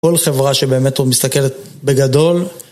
כל חברה שבאמת מסתכלת בגדול